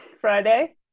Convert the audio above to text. Friday